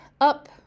up